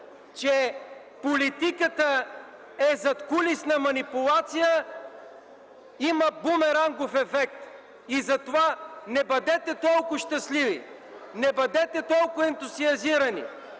че политиката е задкулисна манипулация, има бумерангов ефект. Затова не бъдете толкова щастливи, не бъдете толкова ентусиазирани!